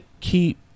keep